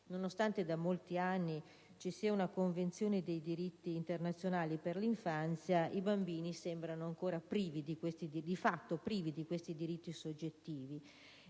nonostante da molti anni ci sia una Convenzione dei diritti internazionali per l'infanzia, i bambini sembrano ancora privi di fatto di questi diritti soggettivi.